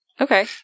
Okay